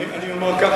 אני אומר כך,